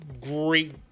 Great